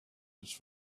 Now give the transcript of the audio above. its